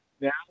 now